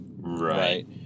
Right